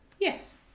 Yes